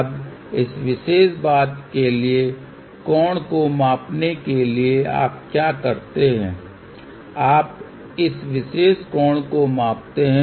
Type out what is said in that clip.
अब इस विशेष बात के लिए कोण को मापने के लिए आप क्या करते हैं आप इस विशेष कोण को मापते हैं